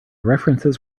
references